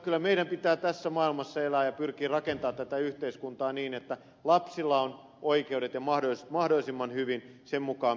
kyllä meidän pitää tässä maailmassa elää ja pyrkiä rakentamaan tätä yhteiskuntaa niin että lapsilla on oikeudet ja heillä menee mahdollisimman hyvin sen mukaan